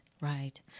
right